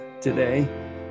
today